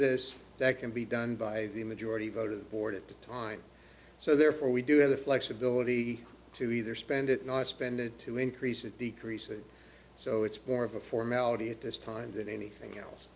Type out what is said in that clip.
this that can be done by the majority voted board at the time so therefore we do have the flexibility to either spend it not spend it to increase or decrease it so it's more of a formality at this time than anything else